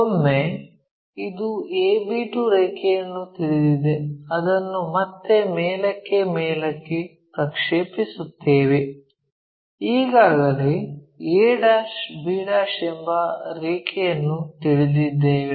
ಒಮ್ಮೆ ಇದು a b2 ರೇಖೆಯನ್ನು ತಿಳಿದಿದೆ ಅದನ್ನು ಮತ್ತೆ ಮೇಲಕ್ಕೆ ಪ್ರಕ್ಷೇಪಿಸುತ್ತೇವೆ ಈಗಾಗಲೇ a b ಎಂಬ ರೇಖೆಯನ್ನು ತಿಳಿದಿದ್ದೇವೆ